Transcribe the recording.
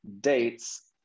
dates